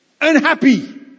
Unhappy